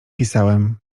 pisałem